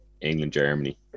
England-Germany